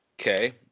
Okay